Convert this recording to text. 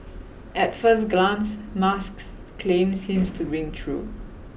at first glance Musk's claim seems to ring true